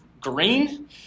green